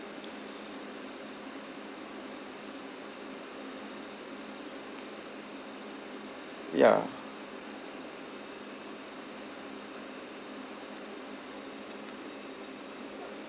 ya